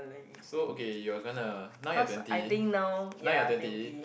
so okay you're gonna now you're twenty now you're twenty